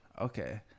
Okay